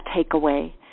takeaway